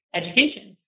education